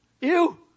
Ew